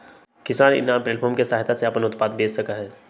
किसान इनाम प्लेटफार्म के सहायता से अपन उत्पाद बेच सका हई